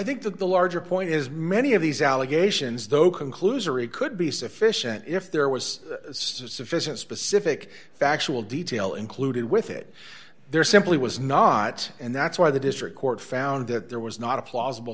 think that the larger point is many of these allegations though conclusory could be sufficient if there was sufficient specific factual detail included with it there simply was not and that's why the district court found that there was not a plausible